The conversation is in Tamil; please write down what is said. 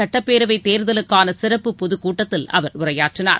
சட்டப்பேரவை தேர்தலுக்கான சிறப்பு பொதுக்கூட்டத்தில் அவர் உரையாற்றினார்